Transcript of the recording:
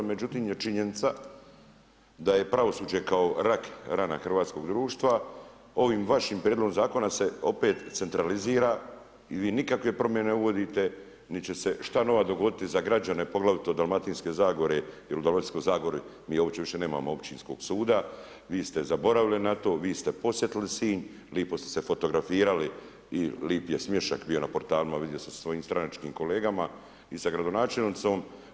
Međutim je činjenica da je pravosuđe kao rak rana Hrvatskog društva, ovim vašim prijedlogom zakona se opet centralizira i vi nikakve promjene uvodite, niti će se šta nova dogoditi za građane, poglavito Dalmatinske zagore, jer u Dalmatinskoj zagori mi uopće nemamo Općinskog suda, vi ste zaboravili na to, vi ste posjetili Sinj, lipo ste se fotografirali i lip je smiješak bio na portalima, vidio sam sa svojim stranačkim kolegama i sa gradonačelnicom.